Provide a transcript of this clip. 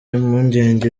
impungenge